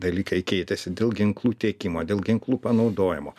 dalykai keitėsi dėl ginklų tiekimo dėl ginklų panaudojimo